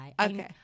Okay